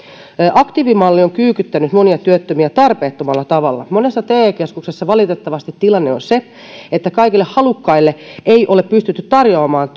aktiivimalli on kyykyttänyt monia työttömiä tarpeettomalla tavalla monessa te keskuksessa valitettavasti tilanne on se että kaikille halukkaille ei ole pystytty tarjoamaan